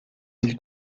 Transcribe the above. îles